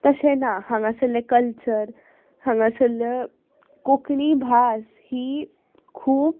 तशें ना हांगासल्ले कल्चर हांगासल्ले कोंकणी भास ही खूब